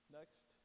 Next